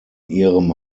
ihrem